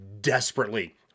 desperately